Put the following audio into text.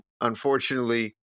unfortunately